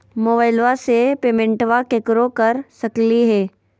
मोबाइलबा से पेमेंटबा केकरो कर सकलिए है?